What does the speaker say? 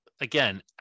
Again